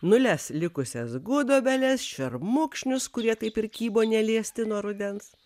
nules likusias gudobeles šermukšnius kurie taip ir kybo neliesti nuo rudens